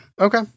Okay